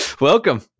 Welcome